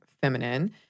feminine